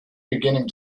beginning